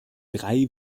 drei